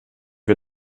wir